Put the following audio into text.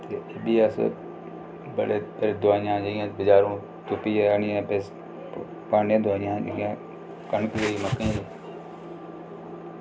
भी अस भी दुआइयां लेइयां बजारों तुप्पियै आह्नियै पाने आं दोाइयां कनक ई मक्कें ई